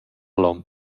l’on